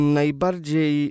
najbardziej